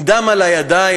עם דם על הידיים,